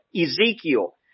Ezekiel